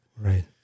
Right